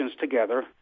together